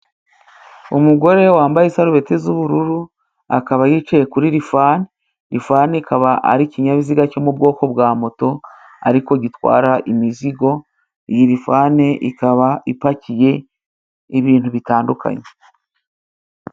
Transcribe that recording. Umugore wambaye isarubeti z'ubururu, akaba yicaye kuri rifane, rifane ikaba ari ikinyabiziga, cyo mu bwoko bwa moto, ariko gitwara imizigo, iyi rifane ikaba ipakiye ibintu bitandukanye.